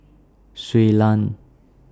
Shui Lan